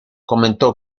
comentó